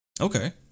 Okay